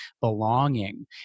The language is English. belonging